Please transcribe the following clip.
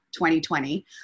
2020